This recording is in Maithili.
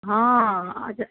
हॅं